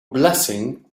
blessing